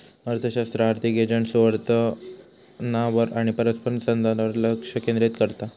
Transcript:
अर्थशास्त्र आर्थिक एजंट्सच्यो वर्तनावर आणि परस्परसंवादावर लक्ष केंद्रित करता